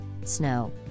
snow